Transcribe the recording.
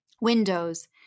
Windows